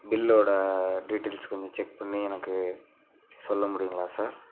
பில்லோடய details கொஞ்சம் check பண்ணி எனக்கு சொல்ல முடியுங்களா சார்